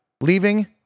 Leaving